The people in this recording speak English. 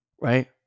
right